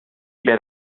per